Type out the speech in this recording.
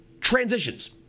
transitions